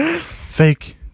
fake